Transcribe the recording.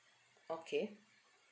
okay